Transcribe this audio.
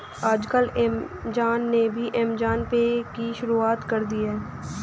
आजकल ऐमज़ान ने भी ऐमज़ान पे की शुरूआत कर दी है